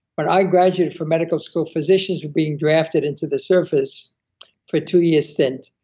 but i graduated from medical school. physicians were being drafted into the surface for two-year stint,